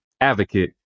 advocate